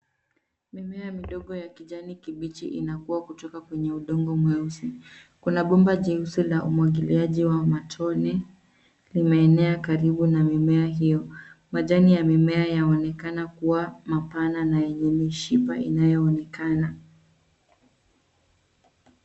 Mimea midogo ya kijani kibichi inakuwa kutoka kwenye udongo mweusi. Kuna bomba jeusi la umwagiliaji wa matone limeenea karibu na mimea hiyo. Majani ya mimea yaonekana kuwa mapana na yenye mishipa inayoonekana.